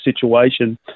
situation